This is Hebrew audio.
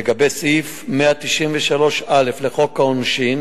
לגבי סעיף 193א לחוק העונשין,